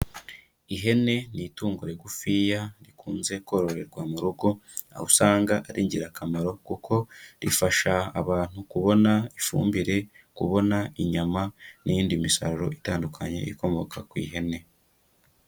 Ihene ni itungo rigufiya rikunze kororerwa mu rugo, aho usanga ari ingirakamaro kuko rifasha abantu kubona ifumbire, kubona inyama n'iyindi misaruro itandukanye ikomoka ku ihene.